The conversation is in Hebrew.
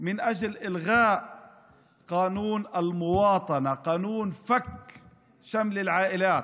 כדי לבטל את חוק האזרחות, חוק פיזור המשפחות,